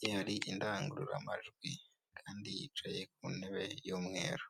ye hari indangururamajwi kandi yicaye ku ntebe y'umweru.